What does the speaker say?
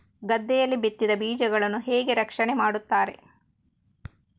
ಗದ್ದೆಯಲ್ಲಿ ಬಿತ್ತಿದ ಬೀಜಗಳನ್ನು ಹೇಗೆ ರಕ್ಷಣೆ ಮಾಡುತ್ತಾರೆ?